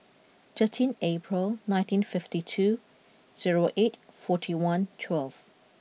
thirteen April nineteen fifty two zero eight forty one twelve